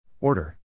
Order